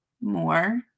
more